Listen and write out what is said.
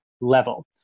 level